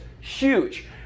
huge